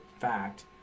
fact